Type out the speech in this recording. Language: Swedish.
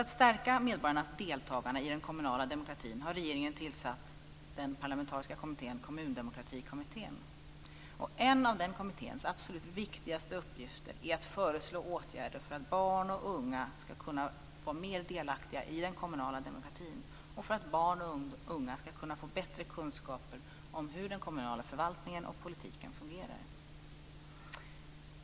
För att stärka medborgarnas deltagande i den kommunala demokratin har regeringen tillsatt en parlamentarisk kommitté, Kommundemokratikommittén. En av kommitténs absolut viktigaste uppgifter är att föreslå åtgärder för att barn och unga ska kunna vara mer delaktiga i den kommunala demokratin och för att barn och unga ska kunna få bättre kunskaper om hur den kommunala förvaltningen och politiken fungerar.